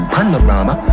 Panorama